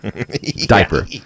diaper